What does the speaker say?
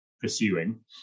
pursuing